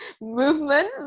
movement